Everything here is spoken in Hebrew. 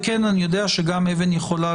וכן אני יודע שגם אבן יכולה,